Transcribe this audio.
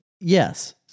Yes